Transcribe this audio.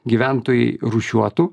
gyventojai rūšiuotų